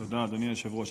תודה, אדוני היושב-ראש.